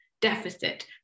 deficit